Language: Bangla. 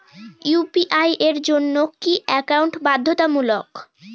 ইউ.পি.আই এর জন্য কি একাউন্ট বাধ্যতামূলক?